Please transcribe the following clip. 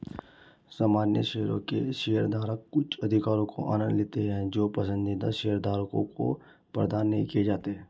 सामान्य शेयरों के शेयरधारक कुछ अधिकारों का आनंद लेते हैं जो पसंदीदा शेयरधारकों को प्रदान नहीं किए जाते हैं